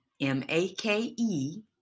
M-A-K-E